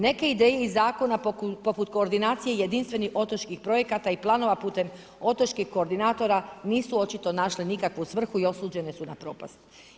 Neke ideje iz zakona poput koordinacije jedinstvenih otočkih projekata i planova putem otočkih koordinatora, nisu očito našli nikakvu svrhu i osuđene su propast.